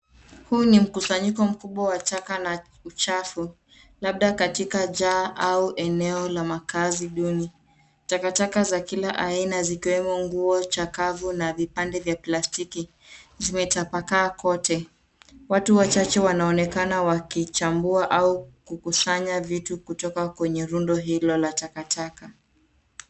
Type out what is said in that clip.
Huu ni mkusanyiko mkubwa wa taka na uchafu labda katika jaa au eneo la makazi duni. Takataka za kila aina zikiwemo nguo chakavu na vipande vya plastiki zimetapakaa kote. Watu wachache wanaonekana wakichambua au kukusanya vitu kutoka kwenye rundo hilo la takataka.